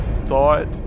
thought